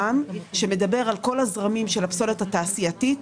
שמדבר על כל הזרמים של הפסולת התעשייתית,